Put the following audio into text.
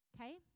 Okay